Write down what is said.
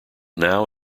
now